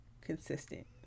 consistent